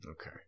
Okay